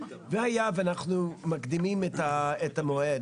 והיה ואנחנו מקדימים את המועד.